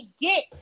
get